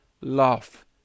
love